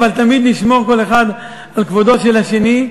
אבל תמיד נשמור כל אחד על כבודו של השני.